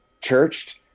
churched